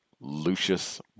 Lucius